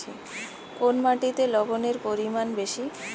কোন মাটিতে লবণের পরিমাণ বেশি?